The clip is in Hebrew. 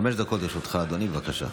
חמש דקות לרשותך, אדוני, בבקשה.